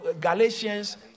Galatians